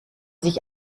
sich